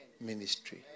ministry